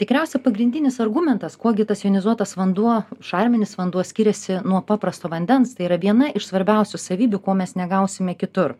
tikriausia pagrindinis argumentas kuo gi tas jonizuotas vanduo šarminis vanduo skiriasi nuo paprasto vandens tai yra viena iš svarbiausių savybių ko mes negausime kitur